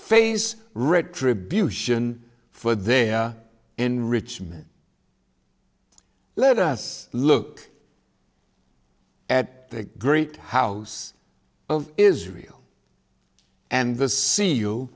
face retribution for their enrichment let us look at the great house of israel and the c u